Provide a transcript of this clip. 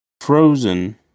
frozen